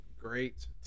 great